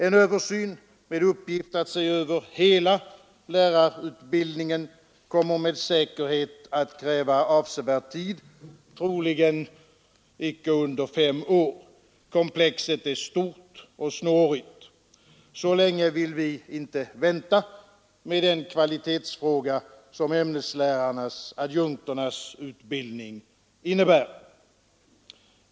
En översyn med uppgift att se över hela lärarutbildningen kommer med säkerhet att kräva avsevärd tid, troligen icke under fem år. Komplexet är stort och snårigt. Så länge vill vi inte vänta med den kvalitetsfråga som ämneslärarnas, adjunkternas, utbildning innebär.